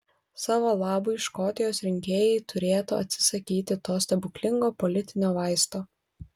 savo labui škotijos rinkėjai turėtų atsisakyti to stebuklingo politinio vaisto